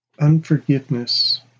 Unforgiveness